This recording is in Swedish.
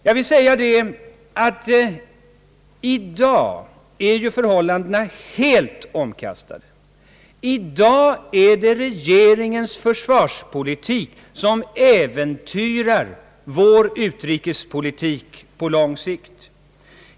Jag vill säga, att i dag är förhållandena helt omkastade. I dag är det regeringens försvarspolitik som äventyrar vår utrikespolitik på lång sikt.